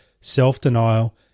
self-denial